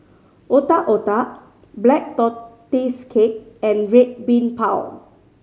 Otak Otak Black Tortoise Cake and Red Bean Bao